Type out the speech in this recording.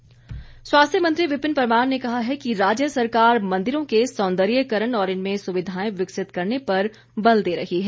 परमार स्वास्थ्य मंत्री विपिन परमार ने कहा है कि राज्य सरकार मंदिरों के सौंदर्यीकरण और इनमें सुविधाएं विकसित करने पर बल दे रही है